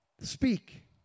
Speak